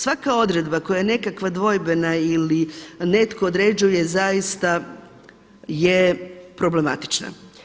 Svaka odredba koja je nekakva dvojbena ili netko određuje zaista je problematična.